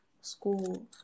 school